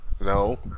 No